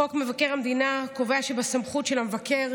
חוק מבקר המדינה קובע שבסמכות של המבקר